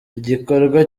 igikorwa